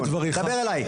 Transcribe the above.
דבר אליי.